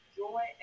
joy